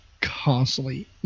constantly